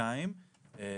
וסעיף 26כח(א)